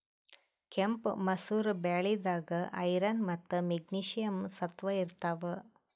ಕೆಂಪ್ ಮಸೂರ್ ಬ್ಯಾಳಿದಾಗ್ ಐರನ್ ಮತ್ತ್ ಮೆಗ್ನೀಷಿಯಂ ಸತ್ವ ಇರ್ತವ್